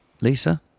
Lisa